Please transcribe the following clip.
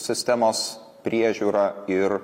sistemos priežiūra ir